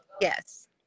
yes